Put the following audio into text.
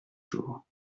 jours